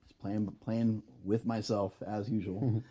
playing but playing with myself, as usual,